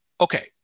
Okay